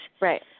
Right